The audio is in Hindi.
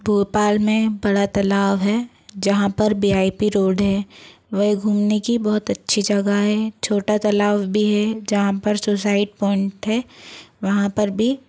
भोपाल में बड़ा तलाव है जहाँ पर बी आई पी रोड है वही घूमने की बहुत अच्छी जगह है छोटा तालाब भी है जहाँ पर सोसाइट प्वाइंट है वहाँ पर भी